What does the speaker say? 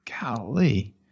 Golly